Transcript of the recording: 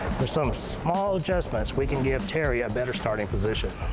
with some small adjustments we can give terry a better starting position.